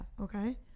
Okay